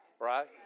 right